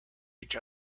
each